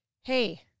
hey